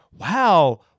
wow